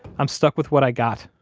i'm stuck with what i got,